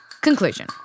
Conclusion